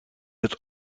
het